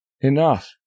enough